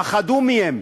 פחדו מהם.